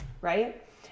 Right